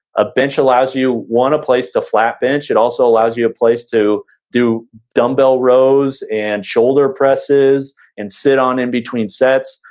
a bench allows you want a place to flat bench. it also allows you a place to do dumbbell rows and shoulder presses and sit on in between sets,